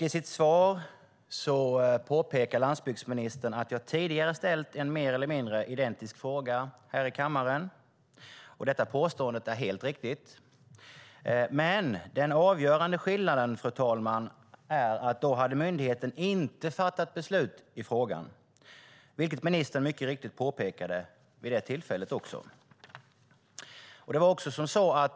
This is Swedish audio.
I sitt svar påpekar landsbygdsministern att jag tidigare ställt en mer eller mindre identisk fråga här i kammaren. Detta påstående är helt riktigt, men den avgörande skillnaden, fru talman, är att då hade myndigheten inte fattat beslut i frågan, vilket ministern mycket riktigt påpekade vid det tillfället.